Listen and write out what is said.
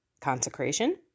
consecration